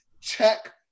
check